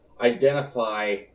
identify